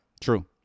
True